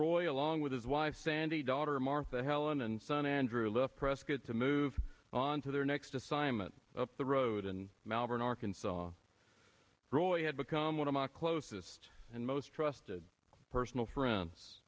roy along with his wife sandy daughter martha helen and son andrew left prescot to move on to their next assignment up the road and malvern arkansas roy had become one of my closest and most trusted personal friends